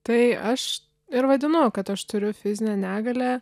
tai aš ir vadinu kad aš turiu fizinę negalią